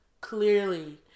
clearly